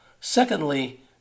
Secondly